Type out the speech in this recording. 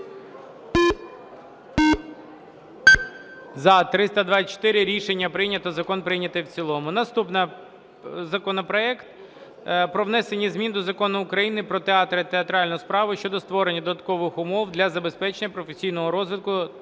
За-324 Рішення прийнято. Закон прийнятий в цілому. Наступний законопроект – про внесення змін до Закону України "Про театри і театральну справу" щодо створення додаткових умов для забезпечення професійного розвитку